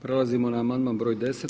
Prelazimo na amandman broj 10.